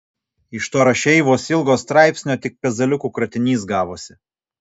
iš to rašeivos ilgo straipsnio tik pezaliukų kratinys gavosi